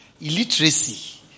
illiteracy